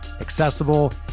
accessible